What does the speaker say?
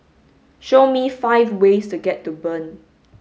show me five ways to get to Bern